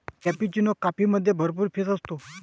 cappuccino कॉफीमध्ये भरपूर फेस असतो